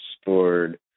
stored